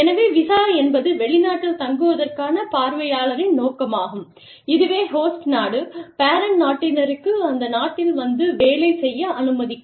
எனவே விசா என்பது வெளிநாட்டில் தங்குவதற்கான பார்வையாளரின் நோக்கமாகும் இதுவே ஹோஸ்ட் நாடு பேரண்ட் நாட்டினருக்கு அந்த நாட்டில் வந்து வேலை செய்ய அனுமதிக்கும்